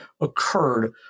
occurred